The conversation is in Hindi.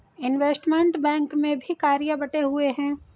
इनवेस्टमेंट बैंक में भी कार्य बंटे हुए हैं